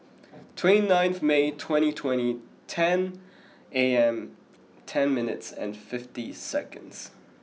twenty ninth May twenty twenty ten A M ten minutes and fifty seconds